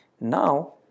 Now